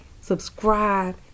subscribe